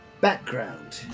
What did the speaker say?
background